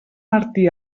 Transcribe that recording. martí